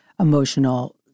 emotional